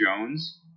Jones –